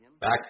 Back